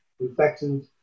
infections